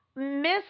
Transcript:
miss